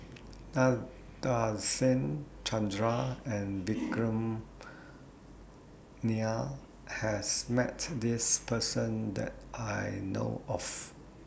Nadasen Chandra and Vikram Nair has Met This Person that I know of